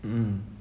um